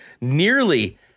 nearly